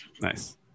nice